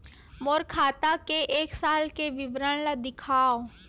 मोर खाता के एक साल के विवरण ल दिखाव?